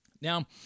Now